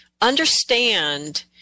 understand